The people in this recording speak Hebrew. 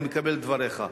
אני מקבל את דבריך.